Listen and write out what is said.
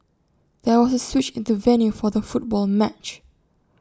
there was A switch in the venue for the football match